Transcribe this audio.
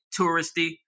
touristy